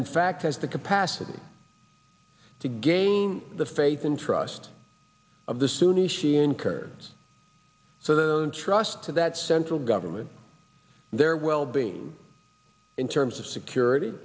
in fact has the capacity to gain the faith and trust of the sunni shia and kurds so they won't trust to that central government their well being in terms of security